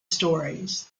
stories